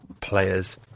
players